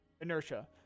inertia